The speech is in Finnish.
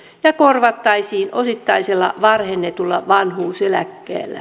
ja korvattaisiin osittaisella varhennetulla vanhuuseläkkeellä